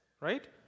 right